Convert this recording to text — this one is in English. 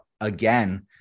again